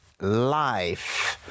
life